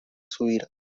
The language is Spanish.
subir